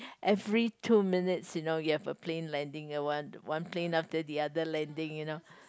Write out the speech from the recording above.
every two minutes you know you have a plane landing the one one plane after the other landing you know